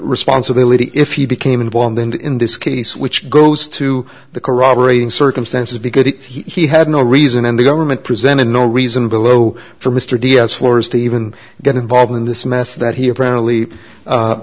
responsibility if he became involved in this case which goes to the corroborating circumstances because he had no reason and the government presented no reason below for mr diaz floors to even get involved in this mess that he apparently